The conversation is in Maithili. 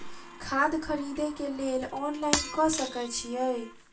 खाद खरीदे केँ लेल ऑनलाइन कऽ सकय छीयै?